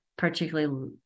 Particularly